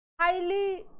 highly